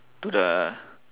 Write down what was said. to the